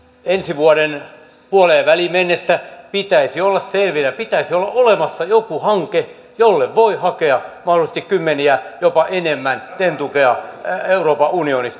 ensi vuoden puoleenväliin mennessä pitäisi olla selvillä pitäisi olla olemassa joku hanke jolle voi hakea mahdollisesti kymmeniä miljoonia jopa enemmän ten t tukea euroopan unionista